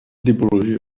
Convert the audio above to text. tipologia